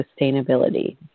sustainability